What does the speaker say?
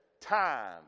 time